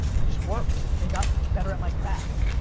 i just worked and got better at my craft.